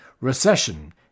recession